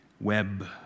web